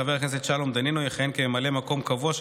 חבר הכנסת שלום דנינו יכהן כממלא מקום קבוע של